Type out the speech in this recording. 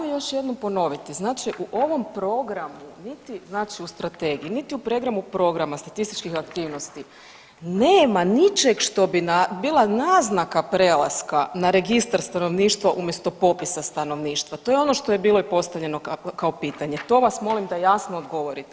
Da, ajmo još jednom ponoviti, znači u ovom programu niti znači u strategiji niti u … programa statističkih aktivnosti nema ničeg što bi bila naznaka prelaska na registar stanovništva umjesto popisa stanovništva, to je ono što je bilo i postavljeno kao pitanje, to vas molim da jasno odgovorite.